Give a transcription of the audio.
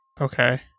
Okay